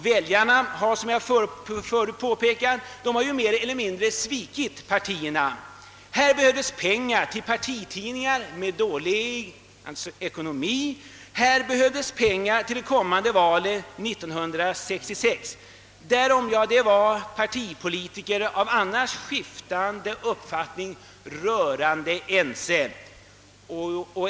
Väljarna har, som jag förut påpekat, mer eller mindre svikit partierna. Här behövdes pengar till partitidningar med dålig ekonomi — här behövdes pengar till det kommande valet 1966. Därom var partipolitiker av annars skiftande uppfattningar rörande ense.